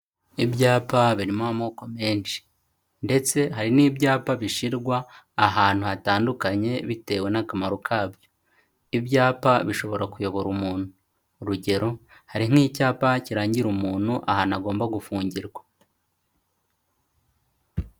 Ibyapa birimo amoko menshi ndetse hari n'ibyapa bishyirwa ahantu hatandukanye bitewe n'akamaro kabyo. Ibyapa bishobora kuyobora umuntu. Urugero hari nk'icyapa kirangira umuntu ahantu agomba gufungirwa.